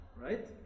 Right